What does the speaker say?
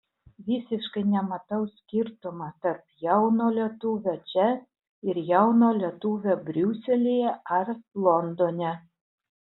visiškai nematau skirtumo tarp jauno lietuvio čia ir jauno lietuvio briuselyje ar londone